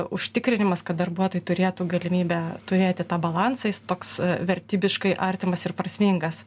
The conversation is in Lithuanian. užtikrinimas kad darbuotojai turėtų galimybę turėti tą balansą jis toks vertybiškai artimas ir prasmingas